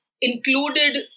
included